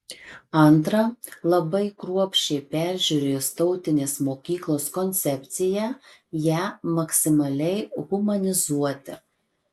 antra labai kruopščiai peržiūrėjus tautinės mokyklos koncepciją ją maksimaliai humanizuoti